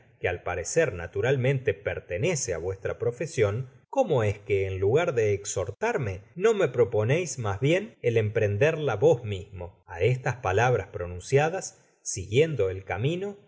que al parecer naturalmente pertenece á vuestra profesion cómo es que en lugar de exhortarme no me proponeis mas bien el emprenderla vos mismo á estas palabras pronunciadas siguiendo el camino